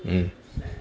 mm